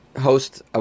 host